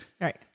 Right